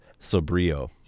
Sobrio